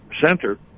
center